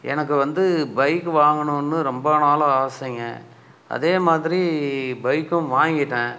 எனக்கு வந்து பைக் வாங்கணுன்னு ரொம்ப நாளாக ஆசைங்க அதே மாதிரி பைக்கும் வாங்கிட்டன்